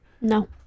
No